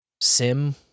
SIM